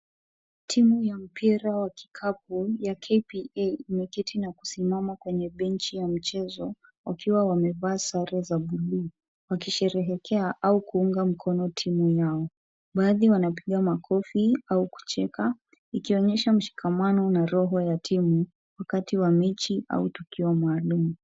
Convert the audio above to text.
Timu ya mpira wa kikapu ya KPA iliyoketi na kusimama kwenye mechi ya mchezo wakiwa wamevaa sare za bluu, wakisherehekea au kuunga mkono ttimu yao. Baadhi wanapiga makofi au kucheka, ikionyesha mshikamano na roho ya timu wakati wa mechi au tukio maalum.